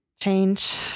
Change